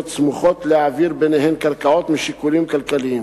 סמוכות להעביר ביניהן קרקעות משיקולים כלכליים.